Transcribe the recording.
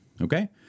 Okay